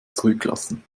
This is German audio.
zurücklassen